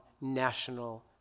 national